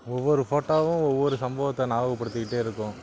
ஒவ்வொரு ஃபோட்டோவும் ஒவ்வொரு சம்பவத்தை ஞாபகப்படுத்திகிட்டே இருக்கும்